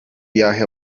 viaje